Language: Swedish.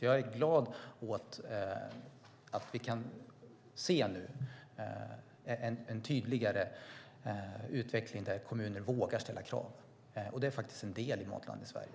Jag är glad att vi nu kan se en utveckling där kommuner vågar ställa krav. Det är en del i Matlandet Sverige.